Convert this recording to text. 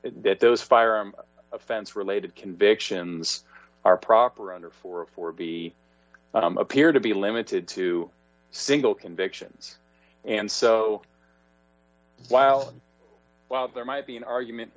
those firearm offense related convictions are proper under for a four b appear to be limited to single convictions and so while while there might be an argument